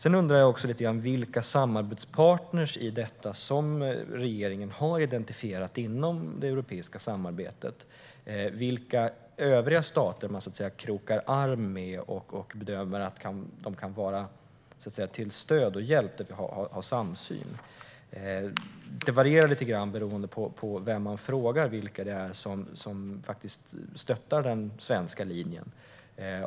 Jag undrar också vilka samarbetspartner i detta som regeringen har identifierat inom det europeiska samarbetet, vilka övriga stater man har en samsyn och krokar arm med och bedömer kan vara till stöd och hjälp. Det varierar lite grann beroende på vem man frågar vilka det är som stöttar den svenska linjen.